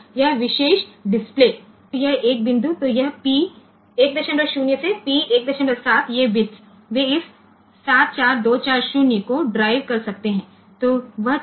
यह विशेष डिस्प्ले तो यह 1 बिंदु तो यह पी 10 P17 ये बिट्स वे इस 74240 को ड्राइव कर सकते हैं तो वह चिप